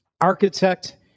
architect